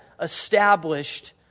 established